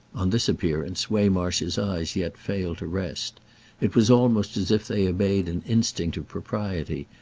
on this appearance waymarsh's eyes yet failed to rest it was almost as if they obeyed an instinct of propriety,